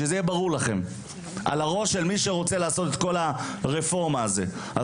שזה יהיה על הראש ובאחריות כל מי שרוצה לעשות את הרפורמה הזאת.